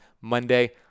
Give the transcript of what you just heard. Monday